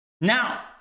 Now